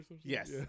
yes